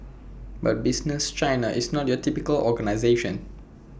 but business China is not your typical organisation